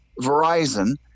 Verizon